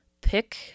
pick